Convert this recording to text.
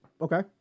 Okay